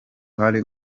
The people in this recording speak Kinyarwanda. hari